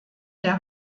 der